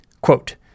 Quote